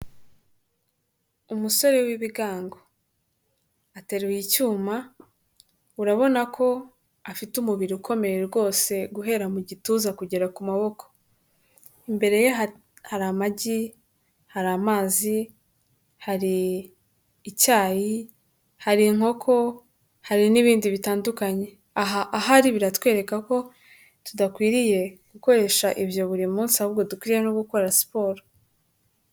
Umusore w'ibigango, ateruye icyuma urabona ko afite umubiri ukomeye rwose guhera mu gituza kugera ku maboko, imbere ye hari amagi, hari amazi, hari icyayi, hari inkoko, hari n'ibindi bitandukanye, ahari biratwereka ko tudakwiriye gukoresha ibyo buri munsi ahubwo dukwiriye no gukora siporo.